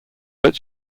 but